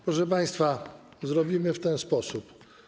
Proszę państwa, zrobimy w ten sposób.